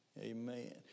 Amen